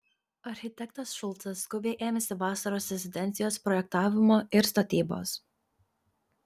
architektas šulcas skubiai ėmėsi vasaros rezidencijos projektavimo ir statybos